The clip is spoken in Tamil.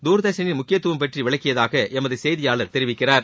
தூர்தர்ஷனின் முக்கியத்துவம் பற்றி விளக்கியதாக எமது செய்தியாளர் தெரிவிக்கிறார்